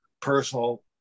personal